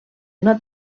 una